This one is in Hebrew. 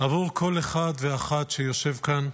עבור כל אחד ואחת שיושבים כאן,